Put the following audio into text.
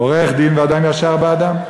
עורך-דין ואדם ישר באדם.